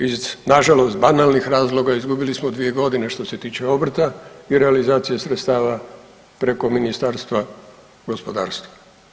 Iz na žalost banalnih razloga izgubili smo dvije godine što se tiče obrta i realizacije sredstava preko Ministarstva gospodarstva.